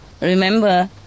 Remember